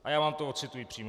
A já vám to odcituji přímo.